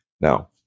Now